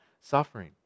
suffering